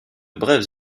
brèves